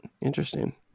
Interesting